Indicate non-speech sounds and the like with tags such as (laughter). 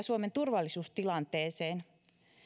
(unintelligible) suomen turvallisuustilanteeseen